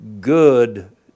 good